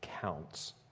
counts